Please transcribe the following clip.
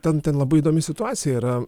ten ten labai įdomi situacija yra